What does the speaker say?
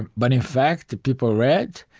and but, in fact, people read,